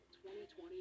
2020